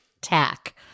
tack